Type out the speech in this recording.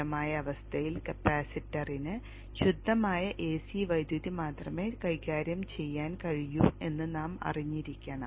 സ്ഥിരമായ അവസ്ഥയിൽ കപ്പാസിറ്ററിന് ശുദ്ധമായ എസി വൈദ്യുതി മാത്രമേ കൈകാര്യം ചെയ്യാൻ കഴിയൂ എന്ന് നാം അറിഞ്ഞിരിക്കണം